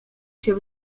się